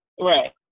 right